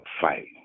fight